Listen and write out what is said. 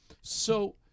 So-